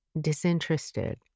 disinterested